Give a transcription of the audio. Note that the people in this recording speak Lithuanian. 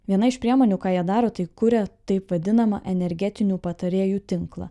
viena iš priemonių ką jie daro tai kuria taip vadinamą energetinių patarėjų tinklą